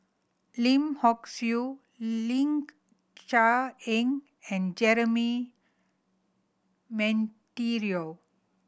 Lim Hock Siew Ling Cher Eng and Jeremy Monteiro